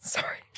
Sorry